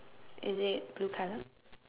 is it blue colour